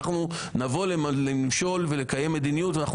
אנחנו נבוא למשול ולקיים מדיניות ואנחנו